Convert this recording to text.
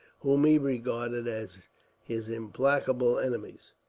whom he regarded as his implacable enemies.